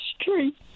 street